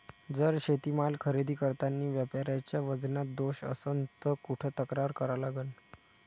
जर शेतीमाल खरेदी करतांनी व्यापाऱ्याच्या वजनात दोष असन त कुठ तक्रार करा लागन?